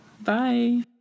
Bye